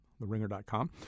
TheRinger.com